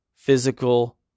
physical